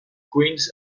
queens